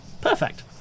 Perfect